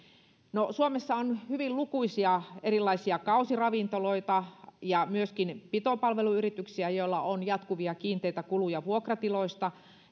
suomessa on hyvin lukuisia erilaisia kausiravintoloita ja myöskin pitopalveluyrityksiä joilla on jatkuvia kiinteitä kuluja vuokratiloista